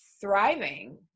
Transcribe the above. Thriving